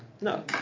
No